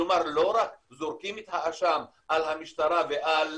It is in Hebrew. כלומר לא רק זורקים את האשם על המשטרה ועל